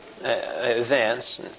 events